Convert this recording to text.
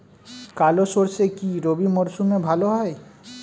কালো সরষে কি রবি মরশুমে ভালো হয়?